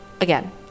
again